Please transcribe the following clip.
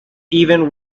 even